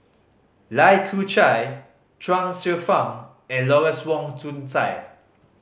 Lai Kew Chai Chuang Hsueh Fang and Lawrence Wong Shyun Tsai